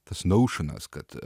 tau naušenas kad